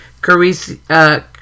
Carissa